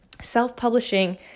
Self-publishing